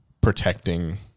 protecting